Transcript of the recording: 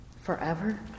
Forever